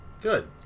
Good